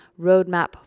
roadmap